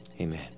amen